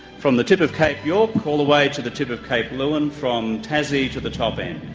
from the tip of cape york all the way to the tip of cape leeuwin. from tassie to the top end.